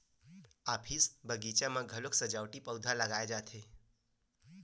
office, बगीचा मन म घलोक सजावटी पउधा लगाए जाथे